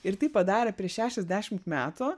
ir tai padarė prieš šešiasdešimt metų